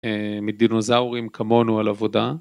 מדינוזאורים כמונו על עבודה